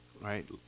right